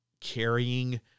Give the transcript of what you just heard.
carrying